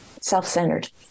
self-centered